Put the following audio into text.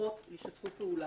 סמוכות ישתפו פעולה.